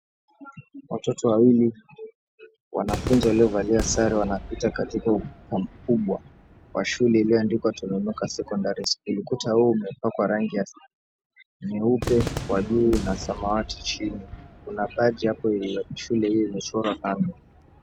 Watoto wawili, wanafunzi waliovalia sare, wanapita katika ukuta mkubwa wa shule iliyoandikwa Tononoka Secondary School, ukuta huu umepakwa rangi nyeupe kwa juu na samawati chini, kuna baji hapo ya shule hii imechorwa kando.